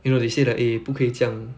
you know they say like eh 不可以这样